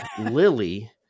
Lily